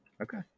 Okay